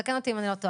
תקן אותי אם אני טועה.